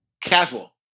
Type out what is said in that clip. casual